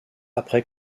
après